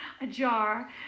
ajar